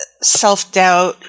Self-doubt